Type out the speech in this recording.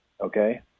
okay